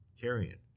carrion